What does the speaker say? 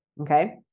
Okay